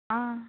आं